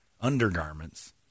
undergarments